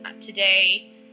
today